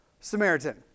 Samaritan